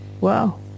Wow